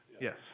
yes